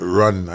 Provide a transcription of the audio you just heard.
run